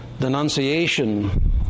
denunciation